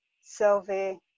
sylvie